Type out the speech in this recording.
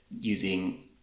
using